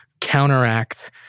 counteract